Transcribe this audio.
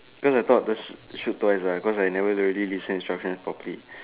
because I thought just shoot twice ah because I never really read the instructions properly